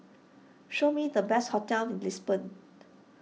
show me the best hotels in Lisbon